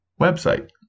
website